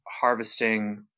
harvesting